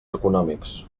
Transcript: econòmics